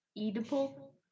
Edible